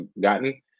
gotten